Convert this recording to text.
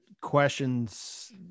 questions